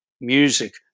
music